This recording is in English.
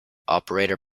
operator